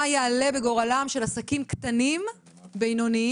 מה יעלה בגורלם של עסקים קטנים ובינוניים,